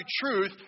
truth